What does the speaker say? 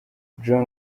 john